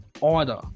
order